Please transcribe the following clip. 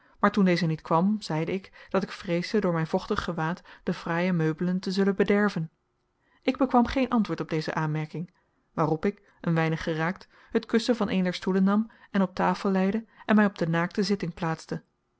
maar toen deze niet kwam zeide ik dat ik vreesde door mijn vochtig gewaad de fraaie meubelen te zullen bederven ik bekwam geen antwoord op deze aanmerking waarop ik een weinig geraakt het kussen van een der stoelen nam en op tafel leide en mij op de naakte zitting plaatste